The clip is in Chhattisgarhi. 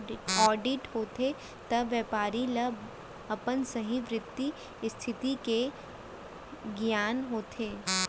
आडिट होथे त बेपारी ल अपन सहीं बित्तीय इस्थिति के गियान होथे